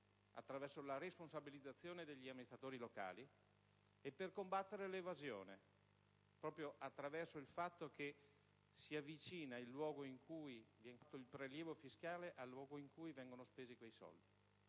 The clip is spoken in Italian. attraverso la responsabilizzazione degli amministratori locali, e per combattere l'evasione, proprio attraverso il fatto che si avvicina il luogo in cui viene eseguito il